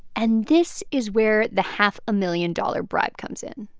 and this is where the half a million dollar bribe comes in.